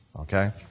Okay